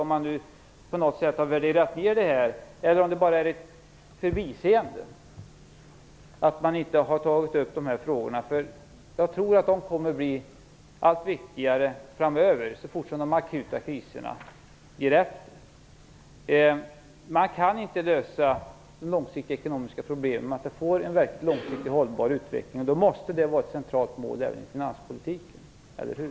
Har man på något sett nedvärderat miljömålet, eller är det bara ett förbiseende att man inte har tagit upp dessa frågor? Jag tror att de kommer att bli allt viktigare framöver så fort de akuta kriserna ger med sig. Man kan inte lösa de långsiktiga ekonomiska problemen om man inte får en verklig långsiktigt hållbar utveckling. Då måste det vara ett centralt mål även i finanspolitiken. Eller hur?